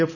F